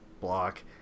block